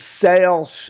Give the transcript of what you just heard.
sales